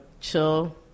chill